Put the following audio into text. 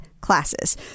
classes